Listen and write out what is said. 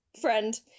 friend